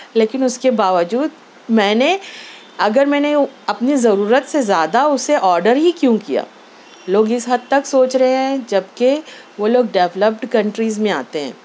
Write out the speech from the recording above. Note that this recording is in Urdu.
لیکن اُس کے باوجود میں نے اگر میں نے اپنی ضرورت سے زیادہ اُسے آرڈر ہی کیوں کیا لوگ اِس حد تک سوچ رہے ہیں جب کہ وہ لوگ ڈیولپڈ کنٹریز میں آتے ہیں